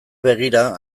begira